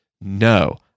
No